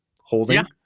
holding